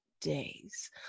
days